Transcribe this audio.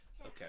Okay